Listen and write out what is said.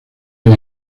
los